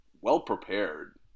well-prepared